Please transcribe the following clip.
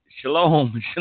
Shalom